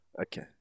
Okay